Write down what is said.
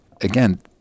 Again